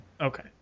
Okay